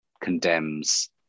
condemns